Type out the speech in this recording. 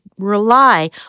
rely